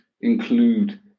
include